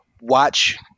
watch